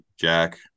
Jack